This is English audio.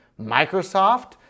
Microsoft